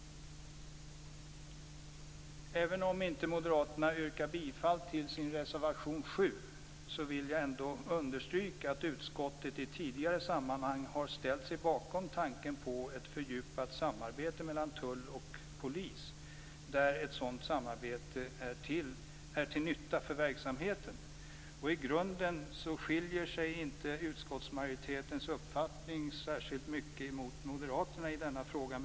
Även om Moderaterna inte yrkar bifall till reservation 7, vill jag ändå understryka att utskottet i tidigare sammanhang har ställt sig bakom tanken på ett fördjupat samarbete mellan tull och polis där ett sådant samarbete är till nytta för verksamheten. I grunden skiljer sig inte utskottsmajoritetens uppfattning särskilt mycket mot Moderaternas i denna fråga.